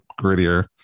grittier